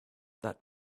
that